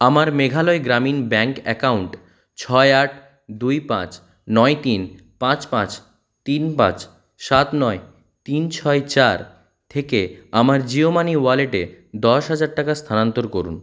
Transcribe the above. আমার Meghalaya Gramin bank account ছয় আট দুই পাঁচ নয় তিন পাঁচ পাঁচ তিন পাঁচ সাত নয় তিন ছয় চার থেকে আমার জিও মানি ওয়ালেটে দশ হাজার টাকা স্থানান্তর করুন